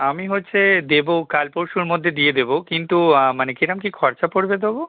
আমি হচ্ছে দেবো কাল পরশুর মধ্যে দিয়ে দেবো কিন্তু মানে কিরকম কী খরচা পড়বে তবু